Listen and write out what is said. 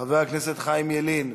חבר הכנסת חיים ילין,